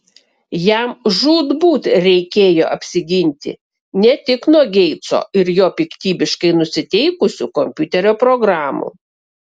jam žūtbūt reikėjo apsiginti ne tik nuo geitso ir jo piktybiškai nusiteikusių kompiuterio programų